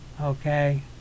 Okay